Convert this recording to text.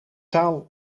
taal